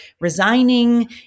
resigning